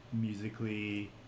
musically